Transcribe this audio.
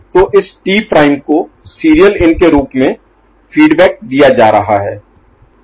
तो इस T prime को सीरियल इन के रूप में फीडबैक दिया जा रहा है